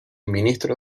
ministro